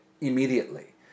immediately